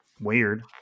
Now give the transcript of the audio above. weird